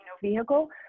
vehicle